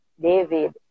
David